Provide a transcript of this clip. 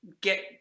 get